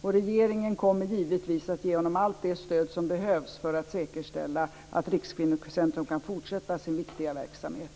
Och regeringen kommer givetvis att ge honom allt det stöd som behövs för att säkerställa att Rikskvinnocentrum kan fortsätta sin viktiga verksamhet.